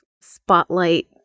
spotlight